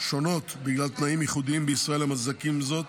שונות בגלל תנאים ייחודיים בישראל המצדיקים זאת,